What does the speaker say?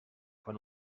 fan